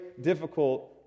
difficult